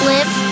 Live